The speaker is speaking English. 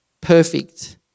perfect